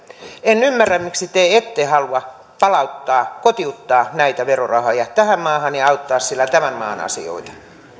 en ymmärrä miksi te ette halua palauttaa kotiuttaa näitä verorahoja tähän maahan ja auttaa sillä tämän maan asioita